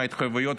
ההתחייבויות,